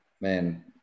man